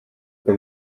uko